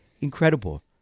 incredible